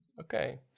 Okay